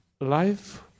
life